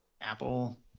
Apple